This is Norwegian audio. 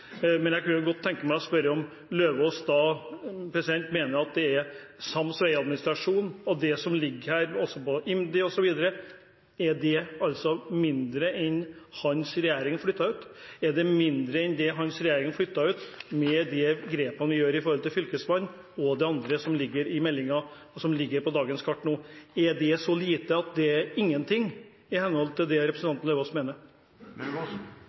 Men jeg kunne godt tenke meg å spørre om Lauvås mener at det å flytte ut deler av sams vegadministrasjon og noe av det som ligger under IMDi, osv., er mindre enn det hans regjering flyttet ut. Er det mindre enn det hans regjering flyttet ut, med tanke på de grepene vi gjør når det gjelder Fylkesmannen og det andre som ligger i meldingen, og som er på dagens kart? Er det så lite at det er ingen ting, i henhold til det representanten Lauvås